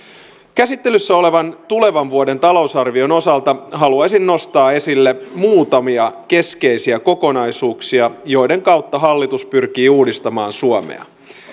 käsittelyssä olevan tulevan vuoden talousarvion osalta haluaisin nostaa esille muutamia keskeisiä kokonaisuuksia joiden kautta hallitus pyrkii uudistamaan suomea